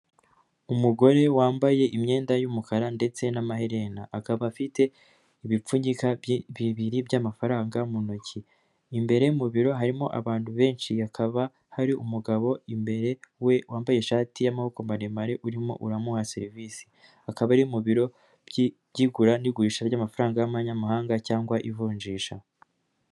Umugore wambaye imyenda y'umukara ndetse n'amaherena. Akaba afite ibipfunyika bibiri by'amafaranga mu ntoki. Imbere mu biro harimo abantu benshi hakaba hari umugabo imbere we wambaye ishati y'amaboko maremare urimo uramuha serivisi. Akaba ari mu biro by'igura n'igurisha ry'amafaranga y'Amanyamahanga cyangwa ivunjisha.